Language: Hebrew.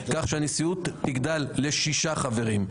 כך שהנשיאות תגדל לשישה חברים.